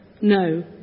no